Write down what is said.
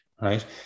right